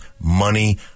money